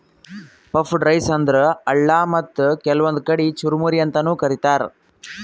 puffed rice ಅಂದ್ರ ಅಳ್ಳ ಮತ್ತ್ ಕೆಲ್ವನ್ದ್ ಕಡಿ ಚುರಮುರಿ ಅಂತಾನೂ ಕರಿತಾರ್